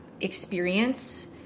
experience